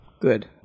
Good